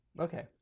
okay